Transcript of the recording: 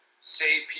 save